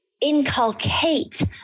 inculcate